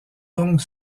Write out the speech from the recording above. donc